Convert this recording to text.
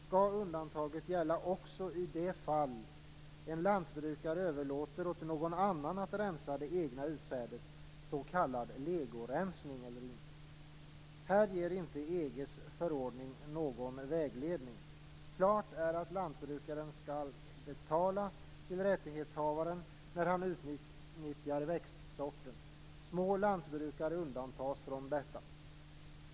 Skall undantaget gälla också i det fall en lantbrukare överlåter åt någon annan att rensa det egna utsädet, s.k. legorensning? Här ger inte EG:s förordning någon vägledning. Klart är att lantbrukaren skall betala till rättighetsinnehavaren när han utnyttjar växtsorten. Små lantbrukare undantas från detta.